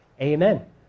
Amen